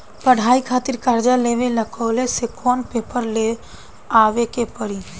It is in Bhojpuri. पढ़ाई खातिर कर्जा लेवे ला कॉलेज से कौन पेपर ले आवे के पड़ी?